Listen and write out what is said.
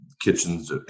Kitchens